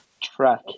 track